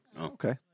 Okay